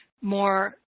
more